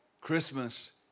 Christmas